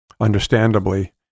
understandably